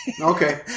Okay